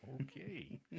Okay